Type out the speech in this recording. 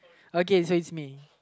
okay so it's me